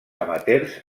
amateurs